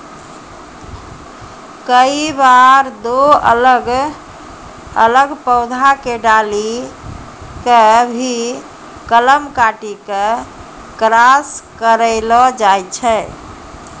कई बार दो अलग अलग पौधा के डाली कॅ भी कलम काटी क क्रास करैलो जाय छै